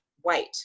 white